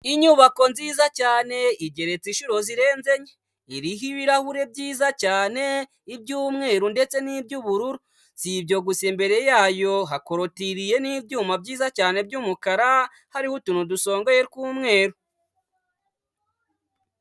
Inyubako nziza cyane igeretse inshuro zirenze enye, iriho ibirahuri byiza cyane iby'umweru ndetse n'iby'ubururu. Si ibyo gusa imbere yayo, hakorotiriye n'ibyuma byiza cyane by'umukara, hariho utuntu dusongoye tw'umweru.